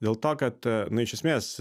dėl to kad na iš esmės